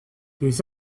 les